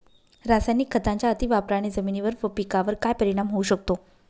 रासायनिक खतांच्या अतिवापराने जमिनीवर व पिकावर काय परिणाम होऊ शकतो?